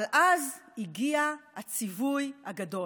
אבל אז הגיע הציווי הגדול,